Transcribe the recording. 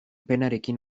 penarekin